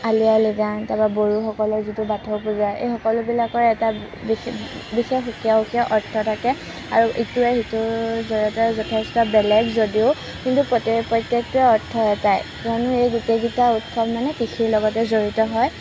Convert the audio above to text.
আলি আই লিগাং তাৰপৰা বড়োসকলৰ যিটো বাথৌ পূজা এই সকলোবিলাকৰ এটা বিশেষ সুকীয়া সুকীয়া সুকীয়া অৰ্থ থাকে আৰু ইটোৱে সিটোৰ জৰিয়তে যথেষ্ট যথেষ্ট বেলেগ যদিও কিন্তু প্ৰত্যেকটোৰে অৰ্থ এটাই কিয়নো এই গোটেইকেইটা উৎসৱ মানে কৃষিৰ লগতেই জড়িত হয়